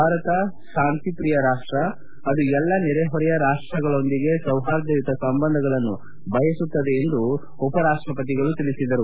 ಭಾರತ ಶಾಂತಿಪ್ರಿಯ ರಾಷ್ಟ ಅದು ಎಲ್ಲ ನೆರೆಹೊರೆಯ ರಾಷ್ಟಗಳೊಂದಿಗೆ ಸೌಹಾರ್ದಯುತ ಸಂಬಂಧಗಳನ್ನು ಬಯಸುತ್ತದೆ ಎಂದು ಅವರು ಹೇಳಿದರು